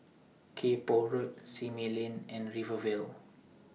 Kay Poh Road Simei Lane and Rivervale